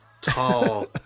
tall